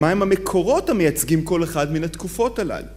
מהם המקורות המייצגים כל אחת מן התקופות הללו?